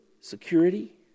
security